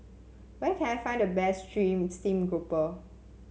where can I find the best stream steam grouper